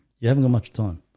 you having a much time